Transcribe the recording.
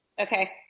Okay